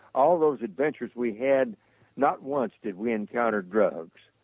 all those adventures we had not once did we encounter drugs,